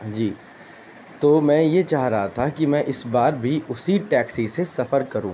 جی تو میں یہ چاہ رہا تھا کہ میں اس بار بھی اسی ٹیکسی سے سفر کروں